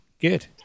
good